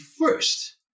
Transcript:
first